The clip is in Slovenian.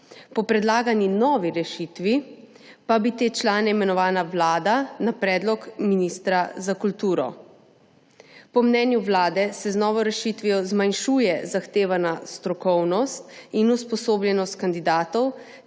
Po predlagani novi rešitvi pa bi te člane imenovala Vlada na predlog ministra za kulturo. Po mnenju Vlade se z novo rešitvijo zmanjšuje zahtevana strokovnost in usposobljenost kandidatov